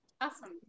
Awesome